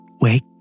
wake